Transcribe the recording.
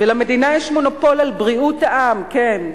ולמדינה יש מונופול על בריאות העם, כן,